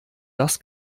das